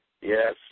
Yes